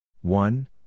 one